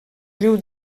riu